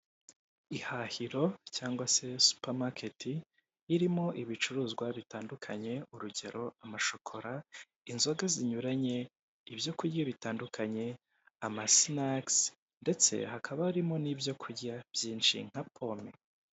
Ihahiro cyangwa se supamaketi irimo ibicuruzwa bitandukanye urugero amashokora, inzoga zinyuranye, ibyokurya bitandukanye amasinakisi ndetse hakaba harimo n'ibyo kurya byinshi nka pome.